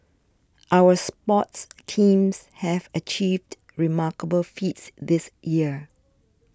our sports teams have achieved remarkable feats this year